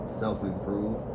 self-improve